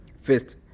first